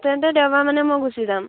তেন্তে দেওবাৰ মানে মই গুচি যাম